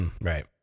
right